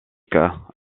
cas